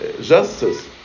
justice